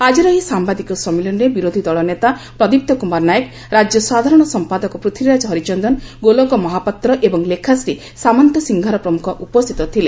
ଆକିର ଏହି ସମ୍ଘାଦିକ ସମ୍ମିଳନୀରେ ବିରୋଧୀ ଦଳ ନେତା ପ୍ରଦୀପ୍ତ କୁମାର ନାଏକ ରାଜ୍ୟ ସାଧାରଣ ସଂପାଦକ ପୃଥ୍ନୀରାଜ ହରିଚନ୍ଦନ ଗୋଲକ ମହାପାତ୍ର ଏବଂ ଲେଖାଶ୍ରୀ ସାମନ୍ତସିଂହାର ପ୍ରମୁଖ ଉପସ୍ରିତ ଥିଲେ